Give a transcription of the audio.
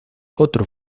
otro